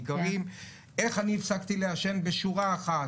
איך אני הפסקתי לעשן בשורה אחת,